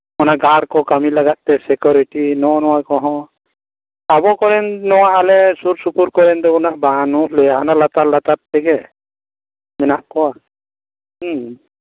ᱚᱱᱟ ᱜᱟᱲ ᱠᱚ ᱠᱟᱹᱢᱤ ᱞᱟᱜᱟᱫᱛᱮ ᱥᱮ ᱥᱤᱠᱩᱨᱤᱴᱤ ᱱᱚᱜᱼᱚ ᱱᱚᱣᱟ ᱠᱚᱦᱚᱸ ᱟᱵᱚ ᱠᱚᱨᱮᱱ ᱱᱚᱣᱟ ᱟᱞᱮ ᱥᱩᱨ ᱥᱩᱯᱩᱨ ᱠᱚᱨᱮᱱ ᱫᱚ ᱩᱱᱟᱹᱜ ᱵᱟᱱᱩᱜ ᱞᱮᱭᱟ ᱦᱟᱱᱟ ᱞᱟᱛᱟᱨ ᱞᱟᱛᱟᱨ ᱛᱮᱜᱮ ᱢᱮᱱᱟᱜ ᱠᱚᱣᱟ ᱦᱩᱸ